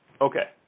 Okay